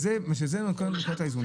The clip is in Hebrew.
זה נקודת האיזון.